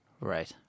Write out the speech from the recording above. Right